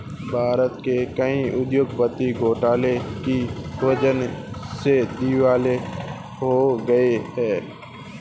भारत के कई उद्योगपति घोटाले की वजह से दिवालिया हो गए हैं